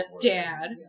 dad